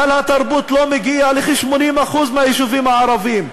סל התרבות לא מגיע לכ-80% מהיישובים הערביים,